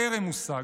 טרם הושג.